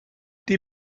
die